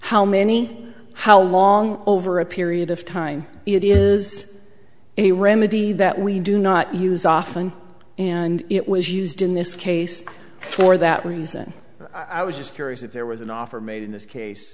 how many how long over a period of time it is a remedy that we do not use often and it was used in this case for that reason i was just curious if there was an offer made in this case